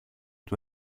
του